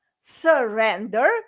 surrender